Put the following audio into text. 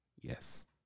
Yes